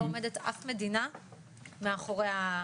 לא עומדת אף מדינה מאחורי ה-,